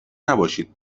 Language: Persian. نباشید